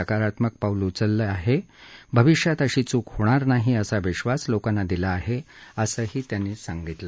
सकारात्मक पाऊल उचललं असून भाविष्यात अशी चूक होणार नाही असा विश्वास लोकांना दिला आहे असंही ते म्हणाले